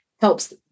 helps